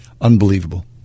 unbelievable